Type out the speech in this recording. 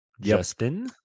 Justin